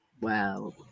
Wow